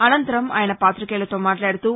అనంతరం ఆయస పాతికేయులతో మాట్లాడుతూ